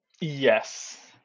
Yes